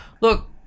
look